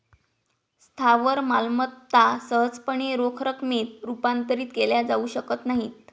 स्थावर मालमत्ता सहजपणे रोख रकमेत रूपांतरित केल्या जाऊ शकत नाहीत